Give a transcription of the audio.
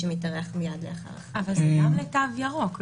שמתארח מייד לאחר --- זה גם לתו ירוק.